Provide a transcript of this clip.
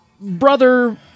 Brother